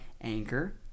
Anchor